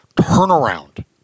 turnaround